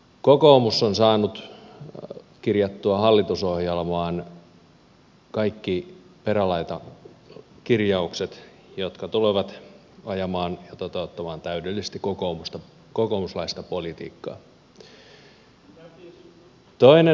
kokoomus on saanut kirjattua hallitusohjelmaan kaikki perälautakirjaukset jotka tulevat ajamaan ja toteuttamaan täydellisesti kokoomuslaista politiikkaa